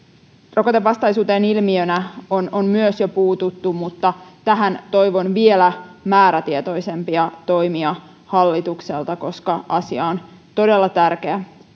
rokotevastaisuuteen ilmiönä on jo puututtu mutta tähän toivon vielä määrätietoisempia toimia hallitukselta koska asia on todella tärkeä